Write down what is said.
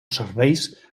serveis